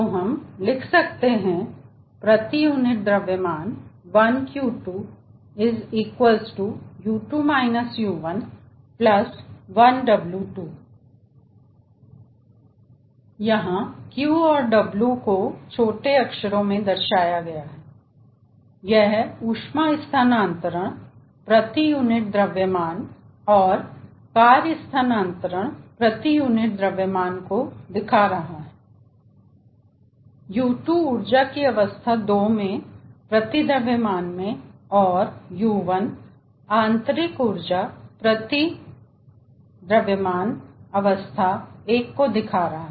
तो हम लिख सकते हैं प्रति यूनिट द्रव्यमान 1q2 1w2 जहां q और w को छोटे अक्षरों से दर्शाया गया है यह ऊष्मा स्थानांतरण प्रति यूनिट द्रव्यमान और कार्य स्थानांतरण प्रति उन्हें द्रव्यमान को दिखा रहे हैं u2 ऊर्जा की अवस्था दो में प्रति में द्रव्यमान और u1 आंतरिक ऊर्जा प्रति उन्हें द्रव्यमान अवस्था एक की दिखा रहे हैं